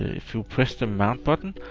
ah if you press the mount button,